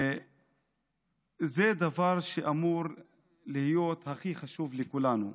וזה דבר שאמור להיות הכי חשוב לכולנו,